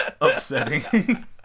upsetting